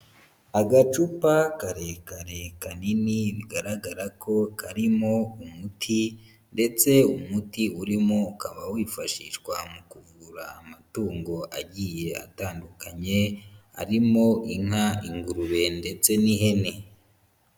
Agacupa karekare kanini bigaragara ko karimo umuti ndetse umuti urimo ukaba wifashishwa mu kuvura amatungo agiye atandukanye, arimo inka, ingurube ndetse n'ihene.